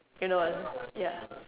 you know ya